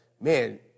man